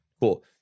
Cool